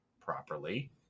properly